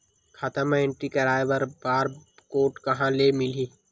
खाता म एंट्री कराय बर बार कोड कहां ले मिलही?